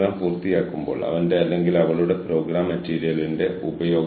സുസ്ഥിരമായ human resource management സിസ്റ്റങ്ങൾ ഉണ്ടായിരിക്കേണ്ടത് നമ്മൾക്ക് വളരെ പ്രധാനമാണ്